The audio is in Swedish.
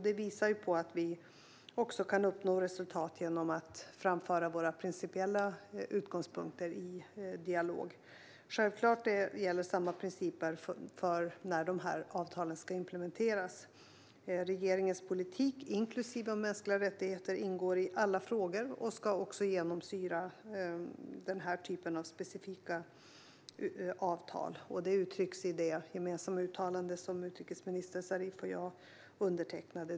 Det visar på att vi också kan uppnå resultat genom att framföra våra principiella utgångspunkter i dialog. Självklart gäller samma principer när dessa avtal ska implementeras. Regeringens politik, inklusive mänskliga rättigheter, ingår i alla frågor och ska också genomsyra denna typ av specifika avtal. Det uttrycks i det gemensamma uttalande som utrikesminister Zarif och jag undertecknade.